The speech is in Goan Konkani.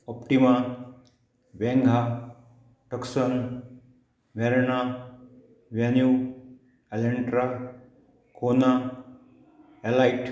Optima Venga Tucson Verna Venue Elantra Kona Elite